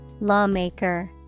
Lawmaker